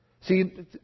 See